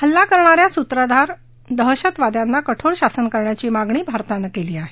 हल्ला करणा या सुत्रधार दहशतवाद्यांना कठोर शासन करण्याची मागणी भारतानं केली आहे